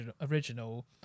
original